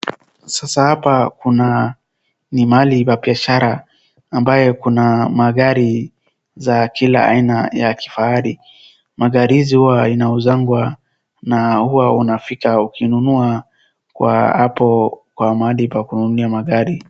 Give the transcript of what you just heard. Sasa hapa kuna, ni mahali pa biashara ambaye kuna magari za kila aina ya kifahari. Magari hizi huwa inauzangwa na huwa unafika ukinunua kwa hapo kwa mahali pa kununulia magari.